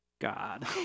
God